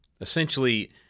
Essentially